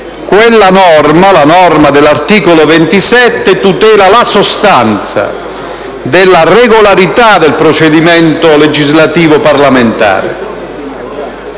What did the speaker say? Infatti, la norma dell'articolo 97 tutela la sostanza della regolarità del procedimento legislativo parlamentare.